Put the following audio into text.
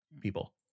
people